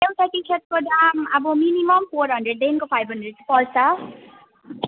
एउटा टी सर्टको दाम अब मिनिमम् फोर हन्ड्रेडदेखिको फाइभ हन्ड्रेड पर्छ